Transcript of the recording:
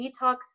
detox